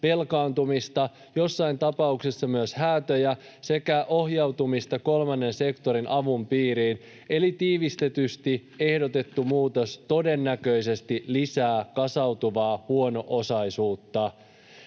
velkaantumista, joissain tapauksissa myös häätöjä sekä ohjautumista kolmannen sektorin avun piiriin, eli tiivistetysti ehdotettu muutos todennäköisesti lisää kasautuvaa huono-osaisuutta.”